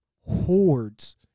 hordes